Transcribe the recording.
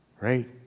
right